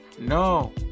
no